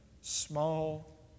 small